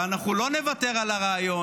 אבל אנחנו לא נוותר על הרעיון,